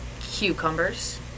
Cucumbers